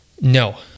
No